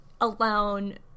alone